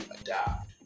adapt